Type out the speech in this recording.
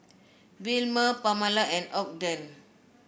Wilmer Pamala and Ogden